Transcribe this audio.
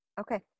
Okay